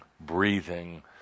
breathing